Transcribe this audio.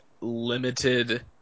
limited